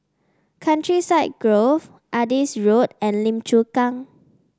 Countryside Grove Adis Road and Lim Chu Kang